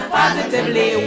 positively